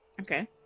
Okay